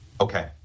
Okay